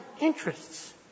interests